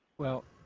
well,